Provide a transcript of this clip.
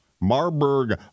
Marburg